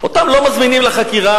אותם לא מזמינים לחקירה.